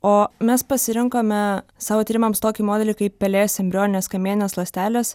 o mes pasirinkome savo tyrimams tokį modelį kaip pelės embrioninės kamieninės ląstelės